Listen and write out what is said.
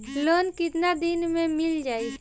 Loan कितना दिन में मिल जाई?